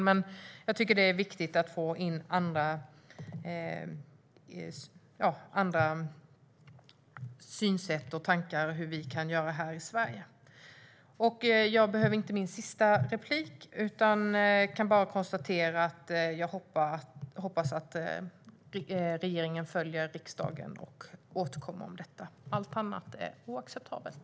Det är viktigt att få in andra synsätt och tankar om hur vi kan göra i Sverige. Jag behöver inte utnyttja möjligheten till ett sista inlägg, utan vill bara tillägga att jag hoppas att regeringen följer riksdagen och återkommer om detta. Allt annat är oacceptabelt.